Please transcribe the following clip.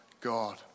God